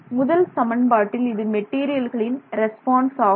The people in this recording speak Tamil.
முதல் சமன்பாட்டில் இது மெட்டீரியலின் ரெஸ்பான்ஸ் ஆகும்